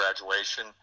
graduation